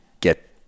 get